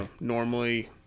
Normally